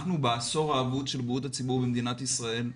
אנחנו בעשור האבוד של בריאות הציבור במדינת ישראל.